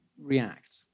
react